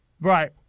Right